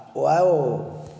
wow